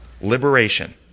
Liberation